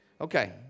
Okay